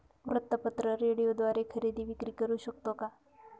वृत्तपत्र, रेडिओद्वारे खरेदी विक्री करु शकतो का?